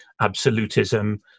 absolutism